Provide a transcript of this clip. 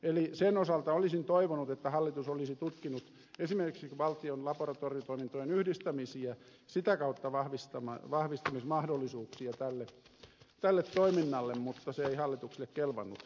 eli sen osalta olisin toivonut että hallitus olisi tutkinut esimerkiksi valtion laboratoriotoimintojen yhdistämisiä ja sitä kautta vahvistamismahdollisuuksia tälle toiminnalle mutta se ei hallitukselle kelvannut